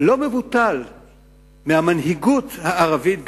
לא מבוטל מהמנהיגות הערבית,